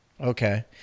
Okay